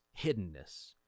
hiddenness